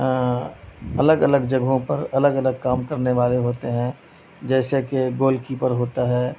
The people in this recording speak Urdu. الگ الگ جگہوں پر الگ الگ کام کرنے والے ہوتے ہیں جیسے کہ گول کیپر ہوتا ہے